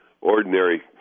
ordinary